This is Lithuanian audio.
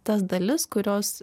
tas dalis kurios